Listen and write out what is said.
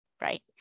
right